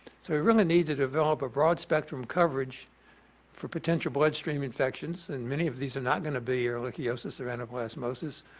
so we really need to develop a broad spectrum coverage for potential bloodstream infections, and many of these are not going to be ehrlichiosis or anaplasmosis.